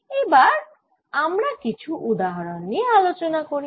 এবার আমরা কিছু উদাহরণ নিয়ে আলোচনা করব